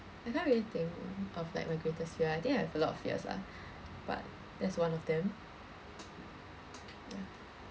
I can't really think of like my greatest fear I think I have a lot of fears lah but that's one of them ya